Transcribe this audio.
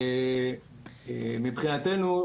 מבחינתנו,